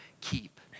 keep